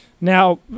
now